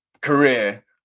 career